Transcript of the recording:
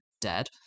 dead